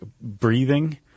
breathing